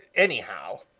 anyhow.